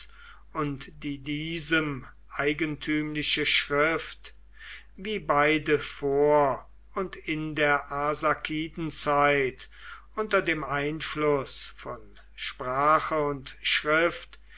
und die diesem eigentümliche schrift wie beide vor und in der arsakidenzeit unter dem einfluß von sprache und schrift